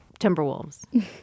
Timberwolves